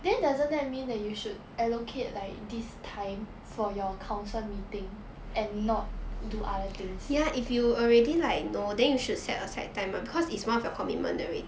then doesn't that mean that you should allocate like this time for your council meeting and not do other things